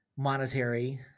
Monetary